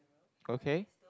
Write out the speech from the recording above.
okay